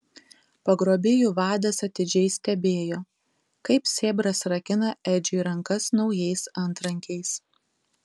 pagrobėjų vadas atidžiai stebėjo kaip sėbras rakina edžiui rankas naujais antrankiais